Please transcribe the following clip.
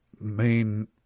main